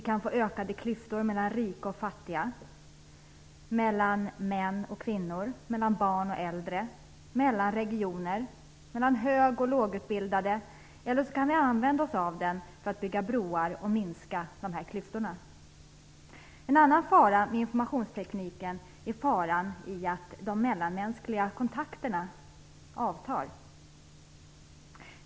Vi kan få ökade klyftor mellan rika och fattiga, mellan män och kvinnor, mellan barn och äldre, mellan regioner och mellan hög och lågutbildade. Men vi kan också använda oss av tekniken för att bygga broar och minska dessa klyftor. En annan fara med informationstekniken är att de mellanmänskliga kontakterna avtar.